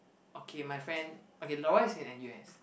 okay my friend okay Lawrence is in N_U_S